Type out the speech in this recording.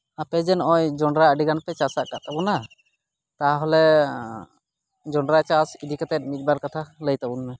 ᱟᱯᱮ ᱡᱮ ᱱᱚᱜᱼᱚᱸᱭ ᱡᱚᱱᱰᱨᱟ ᱟᱹᱰᱤ ᱜᱟᱱ ᱯᱮ ᱪᱟᱥ ᱟᱠᱟᱫ ᱛᱟᱵᱚᱱᱟ ᱛᱟᱦᱚᱞᱮ ᱡᱚᱱᱰᱨᱟ ᱪᱟᱥ ᱤᱫᱤ ᱠᱟᱛᱮ ᱢᱤᱫᱵᱟᱨ ᱵᱟᱛᱷᱟ ᱞᱟᱹᱭ ᱛᱟᱵᱚᱱ ᱢᱮ